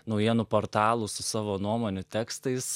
naujienų portalų su savo nuomonių tekstais